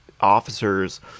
officers